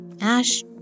Ash